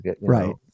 Right